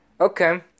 okay